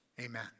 Amen